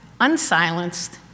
unsilenced